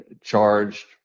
charged